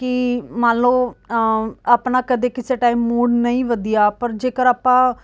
ਕਿ ਮੰਨ ਲਓ ਆਪਣਾ ਕਦੇ ਕਿਸੇ ਟਾਈਮ ਮੂਡ ਨਹੀਂ ਵਧੀਆ ਪਰ ਜੇਕਰ ਆਪਾਂ